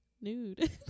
Nude